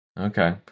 okay